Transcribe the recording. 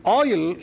oil